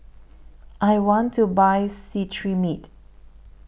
I want to Buy Cetrimide